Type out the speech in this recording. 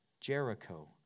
Jericho